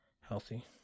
healthy